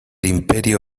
imperio